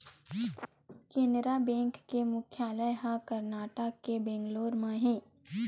Canara bank के मुख्यालय ह करनाटक के बेंगलोर म हे